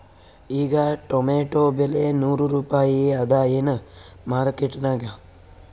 ಈಗಾ ಟೊಮೇಟೊ ಬೆಲೆ ನೂರು ರೂಪಾಯಿ ಅದಾಯೇನ ಮಾರಕೆಟನ್ಯಾಗ?